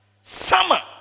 summer